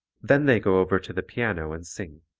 then they go over to the piano and sing.